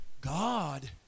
God